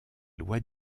lois